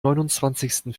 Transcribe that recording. neunundzwanzigsten